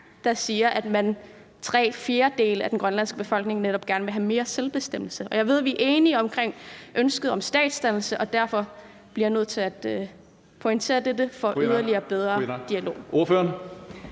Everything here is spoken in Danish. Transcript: en tilgang, for tre fjerdedele af den grønlandske befolkning vil netop gerne have mere selvbestemmelse. Og jeg ved, vi er enige omkring ønsket om statsdannelse, og derfor bliver jeg nødt til at pointere dette for at opnå en endnu bedre dialog.